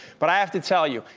but i have to tell you,